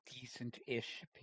decent-ish